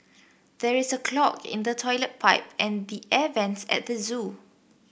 there is a clog in the toilet pipe and the air vents at the zoo